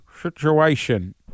situation